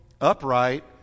upright